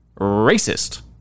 racist